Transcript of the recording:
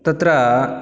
तत्र